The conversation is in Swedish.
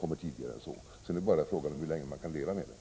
kommer tidigare än så. Frågan är bara hur länge vi kan leva med den.